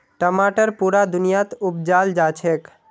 टमाटर पुरा दुनियात उपजाल जाछेक